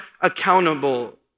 accountable